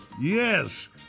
Yes